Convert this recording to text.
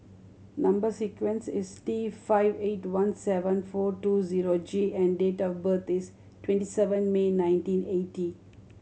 number sequence is T five eight two one seven four two zero G and date of birth is twenty seven May nineteen eighty